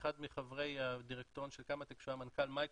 אחד מחברי הדירקטוריון של קמא טק שהוא היה מנכ"ל מיקרוסופט,